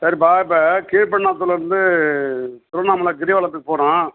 சரிப்பா இப்போ கீழ்பென்னாத்தூர்லேந்து திருவண்ணாமலை கிரிவலத்துக்கு போகறோம்